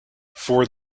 for